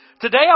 Today